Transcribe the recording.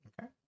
Okay